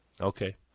Okay